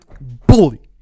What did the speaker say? bully